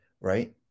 right